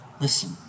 listen